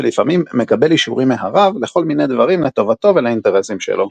שלפעמים "מקבל אישורים מהרב" לכל מיני דברים לטובתו ולאינטרסים שלו.